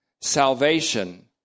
salvation